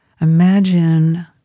Imagine